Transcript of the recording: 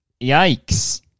yikes